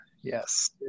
Yes